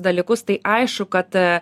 dalykus tai aišku kad